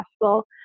possible